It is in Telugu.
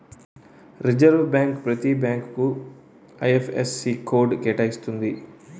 రిజర్వ్ బ్యాంక్ ప్రతి బ్యాంకుకు ఐ.ఎఫ్.ఎస్.సి కోడ్ కేటాయిస్తుంది